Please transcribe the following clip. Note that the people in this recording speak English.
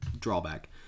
drawback